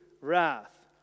wrath